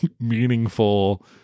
meaningful